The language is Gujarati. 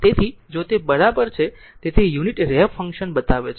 તેથી જો તે બરાબર છે તેથી યુનિટ રેમ્પ ફંક્શન બતાવે છે